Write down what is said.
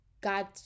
God